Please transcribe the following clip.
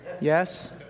Yes